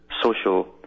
social